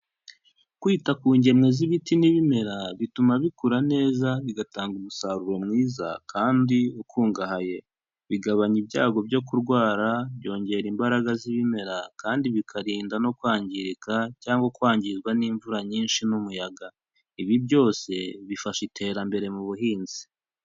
Kwita ku ngemwe z'ibiti n'ibimera, bituma bikura neza bigatanga umusaruro mwiza kandi ukungahaye, bigabanya ibyago byo kurwara, byongera imbaraga z'ibimera, kandi bikarinda no kwangirika cyangwa kwangizwa n'imvura nyinshi n'umuyaga, ibi byose bifasha iterambere mu buhinzi.